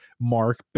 Mark